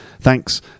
Thanks